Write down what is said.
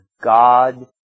God